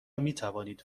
میتوانید